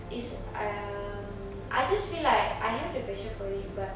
it's um I just feel like I have the passion for it but